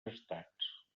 estats